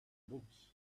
books